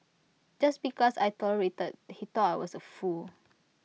just because I tolerated he thought I was A fool